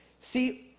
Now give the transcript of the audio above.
See